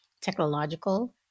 technological